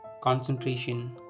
concentration